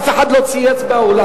אף אחד לא צייץ באולם.